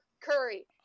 Curry